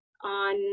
on